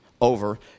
over